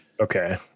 Okay